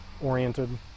oriented